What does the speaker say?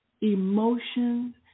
emotions